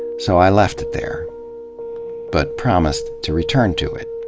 so i left it there but promised to return to it.